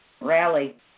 rally